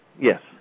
Yes